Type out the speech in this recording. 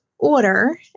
order